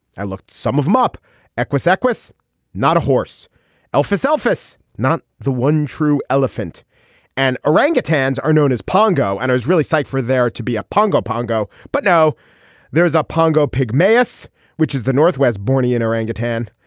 i looked some of them up equus equus not a horse alfa self is not the one true elephant and orangutans are known as pongo and it is really safe for there to be a pongo pongo. but now there is a pongo pig mass which is the northwest borneo and orangutan.